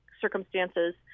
circumstances